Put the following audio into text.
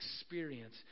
experience